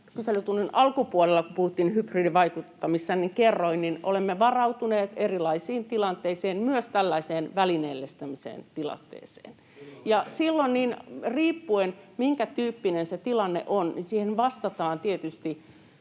kyselytunnin alkupuolella, kun puhuttiin hybridivaikuttamisesta, kerroin, olemme varautuneet erilaisiin tilanteisiin, myös tällaiseen välineellistämisen tilanteeseen. Ja silloin, riippuen siitä, minkä tyyppinen se tilanne on, siihen vastataan tietysti